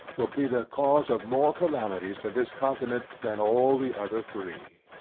will be the cause of more calamities to this continent, than all the other three.